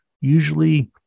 usually